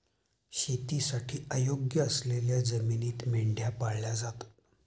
शेतीसाठी अयोग्य असलेल्या जमिनीत मेंढ्या पाळल्या जातात